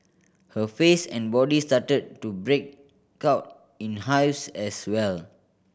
her face and body started to break out in hives as well